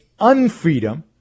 unfreedom